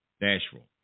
Nashville